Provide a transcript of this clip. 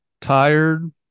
tired